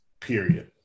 period